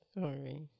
Sorry